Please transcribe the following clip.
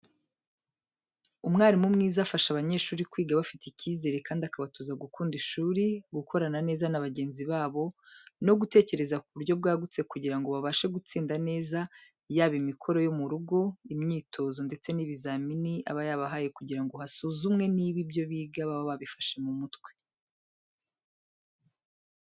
Umwarimu mwiza afasha abanyeshuri kwiga bafite icyizere kandi akabatoza gukunda ishuri, gukorana neza na bagenzi babo no gutekereza ku buryo bwagutse kugira ngo babashe gutsinda neza yaba imikoro yo mu rugo, imyitozo ndetse n'ibizamini aba yabahaye kugira ngo hasuzumwe niba ibyo biga baba babifashe mu mutwe.